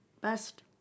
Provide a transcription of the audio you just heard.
best